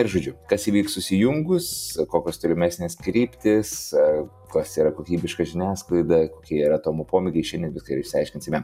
ir žodžiu kas įvyks susijungus kokios tolimesnės kryptys kas yra kokybiška žiniasklaida kokie yra tomo pomėgiai šiandien viską ir išsiaiškinsime